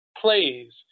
plays